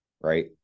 Right